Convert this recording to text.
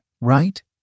right